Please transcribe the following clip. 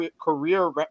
career